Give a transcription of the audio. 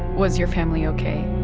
was your family ok?